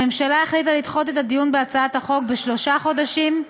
הממשלה החליטה לדחות את הדיון בהצעת החוק בשלושה חודשים,